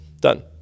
Done